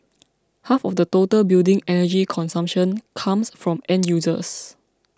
half of the total building energy consumption comes from end users